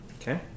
Okay